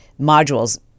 modules